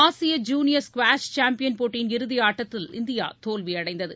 ஆசிய junior squash champion போட்டி இறுதியாட்டத்தில் இந்தியா தோல்வியடைந்தது